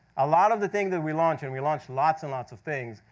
a lot of the things that we launch, and we launch lots and lots of things,